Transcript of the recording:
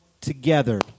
together